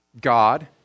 God